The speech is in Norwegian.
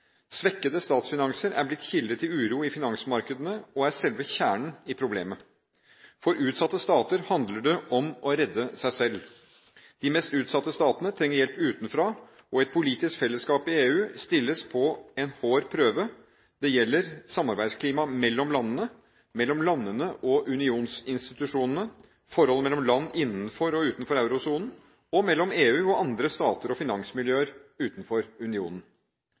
Svekkede statsfinanser er blitt kilde til uro i finansmarkedene og er selve kjernen i problemet. For utsatte stater handler det om å redde seg selv. De mest utsatte statene trenger hjelp utenfra, og et politisk fellesskap i Europa stilles på en hard prøve – det gjelder samarbeidsklimaet mellom landene, mellom landene og unionsinstitusjonene, forholdet mellom land innenfor og utenfor eurosonen og mellom EU og andre stater og finansmiljøer utenfor unionen.